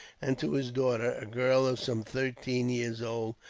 and to his daughter, a girl of some thirteen years old,